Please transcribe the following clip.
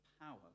power